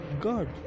God